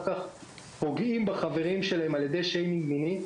כך פוגעים בחברים שלהם על ידי שיימינג מיני.